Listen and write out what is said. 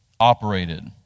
operated